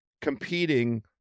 competing